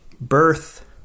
Birth